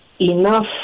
enough